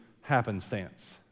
happenstance